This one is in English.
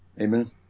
Amen